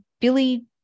Billy